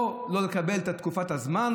או לא לקבל את תקופת הזמן,